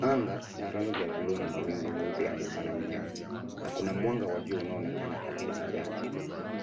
Anga ya rangi ya buluu na mawingu yanaonekana nyuma ya mti na kuna mwanga wa juu unaonekana kati ya majani.